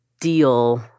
deal